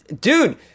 dude